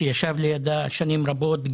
שישב לידה שנים רבות,